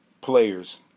players